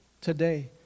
today